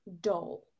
dull